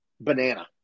banana